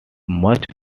much